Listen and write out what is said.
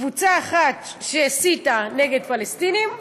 קבוצה אחת נגד פלסטינים,